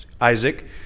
Isaac